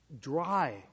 dry